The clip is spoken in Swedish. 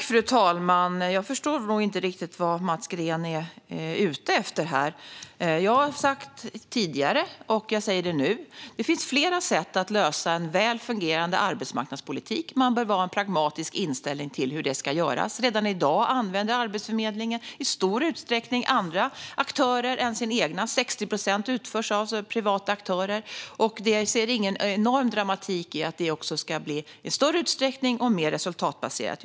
Fru talman! Jag förstår nog inte riktigt vad Mats Green är ute efter här. Jag har sagt tidigare och säger nu att det finns flera sätt att få en väl fungerande arbetsförmedling. Man bör ha en pragmatisk inställning till hur det ska ske. Redan i dag använder Arbetsförmedlingen i stor utsträckning andra aktörer än sina egna - 60 procent utförs av privata aktörer. Jag ser ingen enorm dramatik i att det ska bli i större utsträckning och mer resultatbaserat.